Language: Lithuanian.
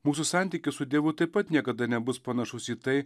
mūsų santykius su dievu taip pat niekada nebus panašus į tai